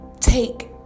take